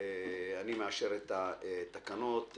אני מאשר את התקנות.